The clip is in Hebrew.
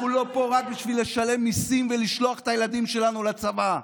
אנחנו לא פה רק בשביל לשלם מיסים ולשלוח את הילדים שלנו לצבא.